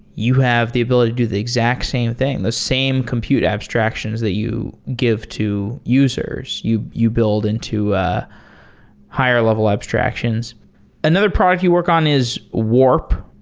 you have the ability to do the exact same thing, the same computer abstractions that you give to users. you you build into a higher-level abstractions another product you work on his warp.